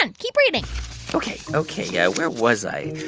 and keep reading ok. ok. yeah where was i?